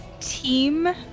team